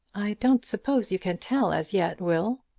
i don't suppose you can tell as yet, will.